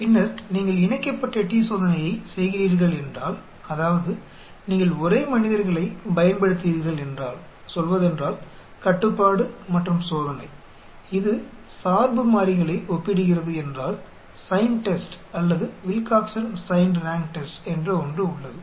பின்னர் நீங்கள் இணைக்கப்பட்ட t சோதனையைச் செய்கிறீர்கள் என்றால் அதாவது நீங்கள் ஒரே மனிதர்களை பயன்படுத்துகிறீர்கள் என்றால் சொல்வதென்றால் கட்டுப்பாடு மற்றும் சோதனை இது சார்பு மாறிகளை ஒப்பிடுகிறது என்றால் சைன் டெஸ்ட் அல்லது வில்காக்சன் சைன்ட் ரான்க் டெஸ்ட் என்று ஒன்று உள்ளது